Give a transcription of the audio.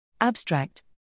Abstract